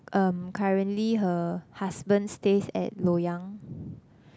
um currently her husband stays at Loyang